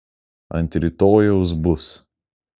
ant rytojaus bus